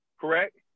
Correct